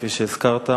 כמו שהזכרת,